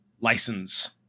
license